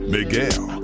Miguel